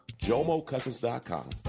JomoCousins.com